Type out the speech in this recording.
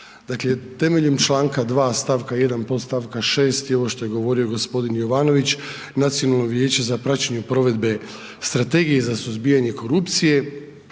Dakle, temeljem čl. 2., st. 1. podstavka 6. i ovo što je govorio g. Jovanović, Nacionalno vijeće za praćenje provedbe strategije za suzbijanje korupcije